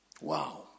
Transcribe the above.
Wow